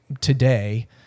today